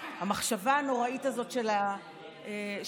המחשבה הנוראית הזאת של המעשה